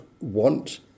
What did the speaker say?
want